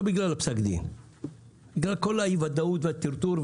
לא בגלל פסק הדין אלא בגלל כל אי הוודאות והטרטור.